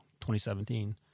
2017